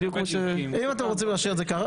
בדיוק כמו --- אם אתם רוצים להשאיר את זה ככה,